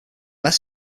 less